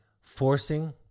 forcing